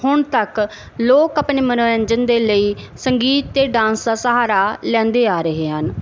ਹੁਣ ਤੱਕ ਲੋਕ ਆਪਣੇ ਮਨੋਰੰਜਨ ਦੇ ਲਈ ਸੰਗੀਤ ਅਤੇ ਡਾਂਸ ਦਾ ਸਹਾਰਾ ਲੈਂਦੇ ਆ ਰਹੇ ਹਨ